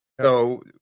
So-